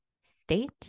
state